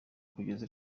kugeza